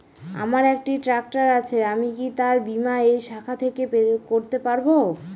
আমার একটি ট্র্যাক্টর আছে আমি কি তার বীমা এই শাখা থেকে করতে পারব?